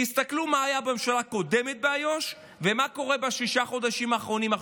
בממשלה הקודמת ומה קורה באיו"ש בששת החודשים האחרונים.